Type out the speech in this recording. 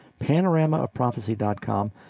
panoramaofprophecy.com